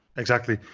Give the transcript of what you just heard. exactly.